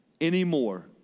anymore